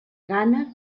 gana